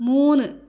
മൂന്ന്